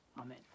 amen